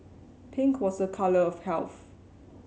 pink was a colour of health